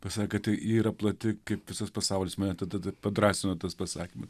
pasakė kad tai yra plati kaip visas pasaulis mini tada padrąsino tas pasakymas